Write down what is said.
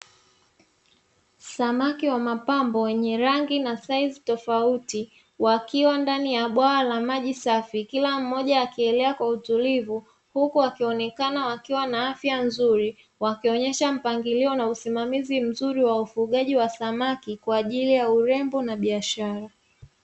Samaki wa mapambo wenye rangi na saizi tofauti wakiwa ndani ya bwawa la maji safi kila mmoja akielea kwa utulivu, huku wakionekana wakiwa na afya nzuri wakionyesha mpangilio na usimamizi mzuri wa ufugaji wa samaki kwa ajili ya urembo na biashara.